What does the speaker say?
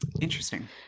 Interesting